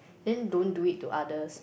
then don't do it to others